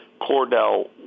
Cordell